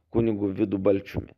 kunigu vidu balčiumi